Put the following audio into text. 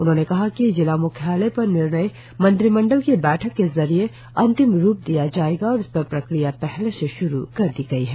उन्होंने कहा कि जिला म्ख्यालय पर निर्णय मंत्रिमंडल की बैठक के जरिए अंतिम रुप दिया जाएगा और इस पर प्रक्रिया पहले से शुरु कर दी गई है